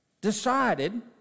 decided